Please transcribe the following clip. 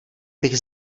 bych